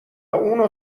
اونو